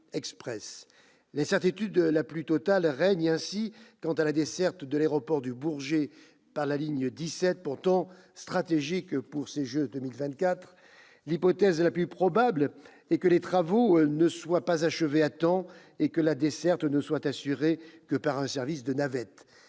L'incertitude la plus totale règne ainsi quant à la desserte de l'aéroport du Bourget par la ligne 17, pourtant stratégique pour les Jeux de 2024. L'hypothèse la plus probable est que les travaux ne seront pas achevés à temps et que la desserte ne sera assurée que par un service de navettes.